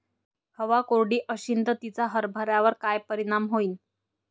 हवा कोरडी अशीन त तिचा हरभऱ्यावर काय परिणाम होईन?